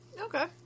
Okay